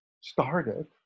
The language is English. started